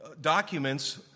documents